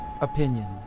opinion